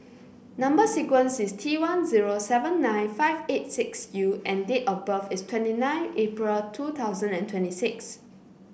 number sequence is T one zero seven nine five eight six U and date of birth is twenty nine April two thousand and twenty six